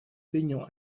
принял